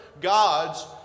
gods